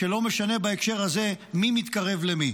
כשלא משנה בהקשר הזה מי מתקרב למי.